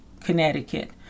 Connecticut